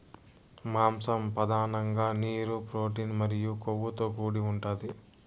మాంసం పధానంగా నీరు, ప్రోటీన్ మరియు కొవ్వుతో కూడి ఉంటాది